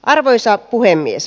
arvoisa puhemies